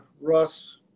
Russ